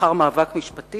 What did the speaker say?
לאחר מאבק משפטי.